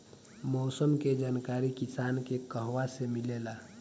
मौसम के जानकारी किसान के कहवा से मिलेला?